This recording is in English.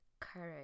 courage